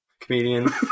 comedian